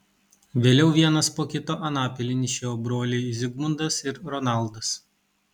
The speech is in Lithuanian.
vėliau vienas po kito anapilin išėjo broliai zigmundas ir ronaldas